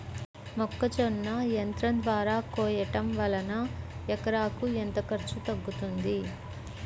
మొక్కజొన్న యంత్రం ద్వారా కోయటం వలన ఎకరాకు ఎంత ఖర్చు తగ్గుతుంది?